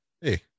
hey